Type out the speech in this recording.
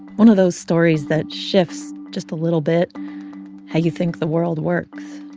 one of those stories that shifts just a little bit how you think the world works.